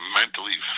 mentally